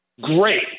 Great